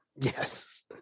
Yes